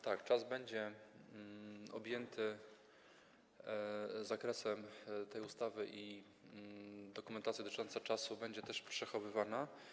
Tak, czas będzie objęty zakresem tej ustawy i dokumentacja dotycząca czasu będzie też przechowywana.